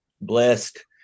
blessed